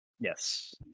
Yes